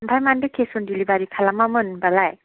ओमफ्राय मानोथो cash on delivery खालामामोन होनबालाय